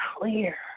clear